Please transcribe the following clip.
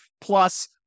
Plus